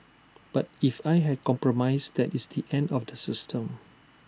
but if I had compromised that is the end of the system